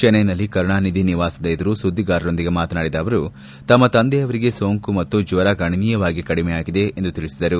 ಚೆನ್ನೈನಲ್ಲಿ ಕರುಣಾನಿಧಿ ನಿವಾಸದ ಎದುರು ಸುದ್ದಿಗಾರರೊಂದಿಗೆ ಮಾತನಾಡಿದ ಅವರು ತಮ್ಮ ತಂದೆಯವರಿಗೆ ಸೋಂಕು ಮತ್ತು ಜ್ವರ ಗಣನೀಯವಾಗಿ ಕಡಿಮೆಯಾಗಿದೆ ಎಂದು ತಿಳಿಸಿದರು